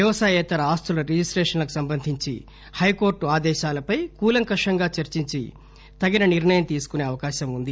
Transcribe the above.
వ్యవసాయేతర ఆస్తుల రిజిస్టేషన్లకు సంబంధించి హైకోర్టు ఆదేశాలపై కూలంకషంగా చర్చించి తగు నిర్ణయం తీసుకునే అవకాశం ఉంది